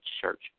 church